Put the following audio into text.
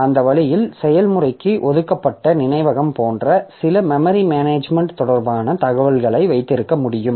அந்த வழியில் செயல்முறைக்கு ஒதுக்கப்பட்ட நினைவகம் போன்ற சில மெமரி மேனேஜ்மென்ட் தொடர்பான தகவல்களை வைத்திருக்க முடியும்